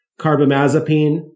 carbamazepine